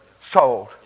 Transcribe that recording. sold